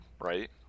right